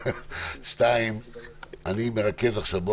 אנחנו מרכזים נקודות,